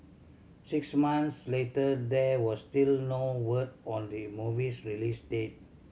six months later there was still no word on the movie's release date